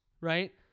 right